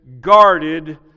guarded